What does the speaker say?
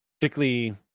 particularly